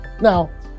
Now